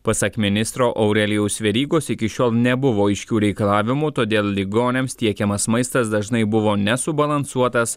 pasak ministro aurelijaus verygos iki šiol nebuvo aiškių reikalavimų todėl ligoniams tiekiamas maistas dažnai buvo nesubalansuotas